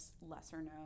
lesser-known